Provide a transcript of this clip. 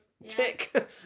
Tick